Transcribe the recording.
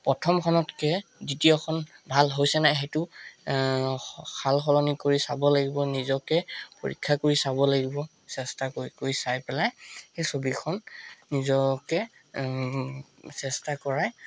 প্ৰথমখনতকে দ্বিতীয়খন ভাল হৈছে নাই সেইটো সাল সলনি কৰি চাব লাগিব নিজকে পৰীক্ষা কৰি চাব লাগিব চেষ্টা কৰি কৰি চাই পেলাই সেই ছবিখন নিজকে চেষ্টা কৰাই